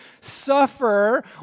suffer